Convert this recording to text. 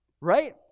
Right